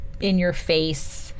in-your-face